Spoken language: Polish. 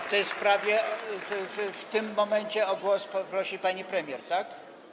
W tej sprawie, w tym momencie o głos prosi pani premier, tak?